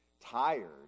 tired